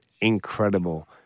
incredible